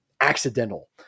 accidental